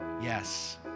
yes